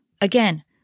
Again